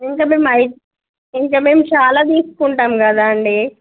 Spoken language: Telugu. ఇంకా మేము ఇంకా మేము చాలా తీసుకుంటాం కదా అండి